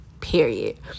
Period